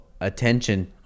attention